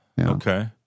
Okay